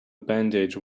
bandage